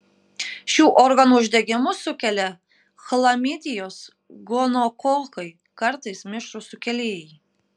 šių organų uždegimus sukelia chlamidijos gonokokai kartais mišrūs sukėlėjai